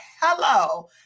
Hello